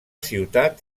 ciutat